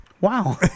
Wow